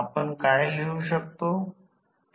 म्हणूनच KV1 V2V2 transformer साठी समान असेल